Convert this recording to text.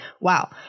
wow